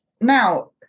now